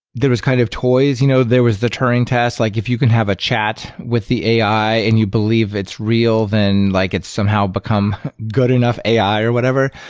there was kind of toys, you know there was the turing test. like if you can have a chat with the ai and you believe it's real, then like it somehow become good enough ai or whatever,